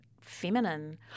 feminine